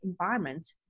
environment